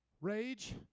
Rage